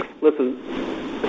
listen